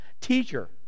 Teacher